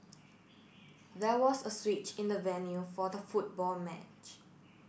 there was a switch in the venue for the football match